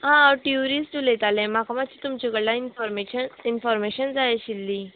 आं हांव ट्युरिस्ट उलयताले म्हाका मात्शें तुमचे कडल्यान इनफोर्मेशन इनफोर्मेशन जाय आशिल्ली